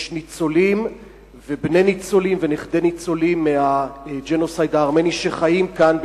יש ניצולים ובני ניצולים ונכדי ניצולים מהג'נוסייד הארמני שחיים כאן,